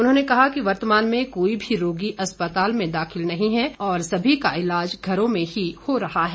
उन्होंने कहा कि वर्तमान में कोई भी रोगी अस्पताल में दाखिल नहीं है और सभी का इलाज घरों में ही हो रहा है